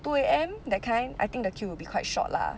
two A_M that kind I think the queue will be quite short lah